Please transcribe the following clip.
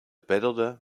peddelden